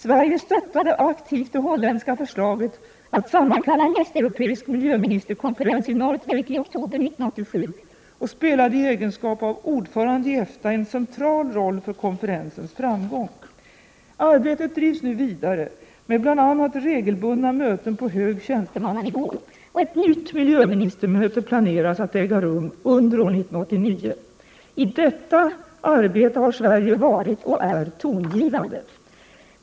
Sverige stöttade aktivt det holländska förslaget att sammankalla en västeuropeisk miljöministerkonferens i Noordwijk i oktober 1987 och spelade i egenskap av ordförande i EFTA en central roll för konferensens framgång. Arbetet bedrivs nu vidare — med bl.a. regelbundna möten på hög tjänstemannanivå — och ett nytt miljöministermöte planeras att äga rum under år 1989. I detta arbete har Sverige varit — och är — tongivande.